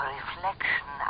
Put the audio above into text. reflection